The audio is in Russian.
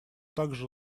также